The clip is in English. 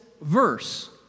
verse